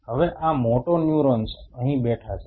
હવે આ મોટેન્યુરોન્સ અહીં બેઠા છે